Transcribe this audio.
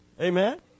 Amen